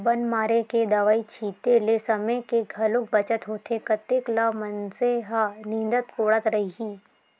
बन मारे के दवई छिते ले समे के घलोक बचत होथे कतेक ल मनसे ह निंदत कोड़त रइही